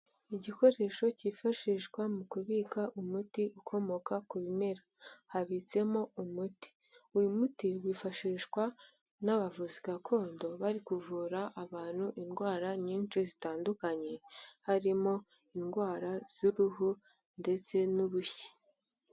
Igikoresho cyifashishwa mu kubika umuti ukomoka ku bimera, habitsemo umuti. Uyu muti wifashishwa n'abavuzi gakondo, bari kuvura abantu indwara nyinshi zitandukanye, harimo indwara z'uruhu, ndetse n'ubushye.